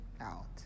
out